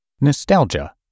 Nostalgia